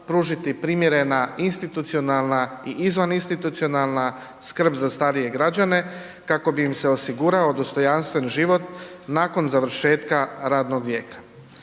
pružiti primjerena institucionalna i izvan institucionalna skrb za starije građane kako bi im se osigurao dostojanstven život nakon završetka radnog vijeka.